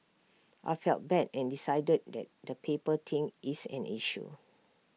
I felt bad and decided that the paper thing is an issue